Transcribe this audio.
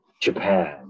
Japan